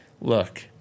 look